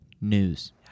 News